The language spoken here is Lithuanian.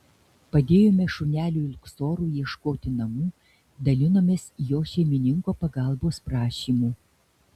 padėjome šuneliui luksorui ieškoti namų dalinomės jo šeimininko pagalbos prašymu